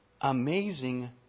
amazing